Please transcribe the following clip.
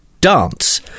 dance